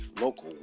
local